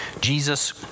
Jesus